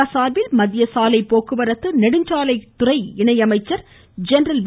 India சார்பில் மத்திய சாலைப்போக்குவரத்து நெடுஞ்சாலைகள் துறை இணை அமைச்சர் ஜெனரல் வி